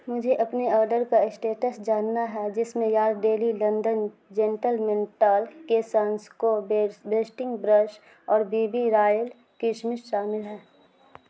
مجھے اپنے آرڈر کا اسٹیٹس جاننا ہے جس میں Yardley London gentleman talc کیسنسکو بیس بیسٹنگ برش اور بی بی رائل کشمش شامل ہیں